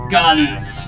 Guns